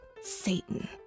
Satan